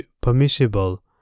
permissible